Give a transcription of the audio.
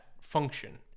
function